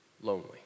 lonely